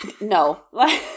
No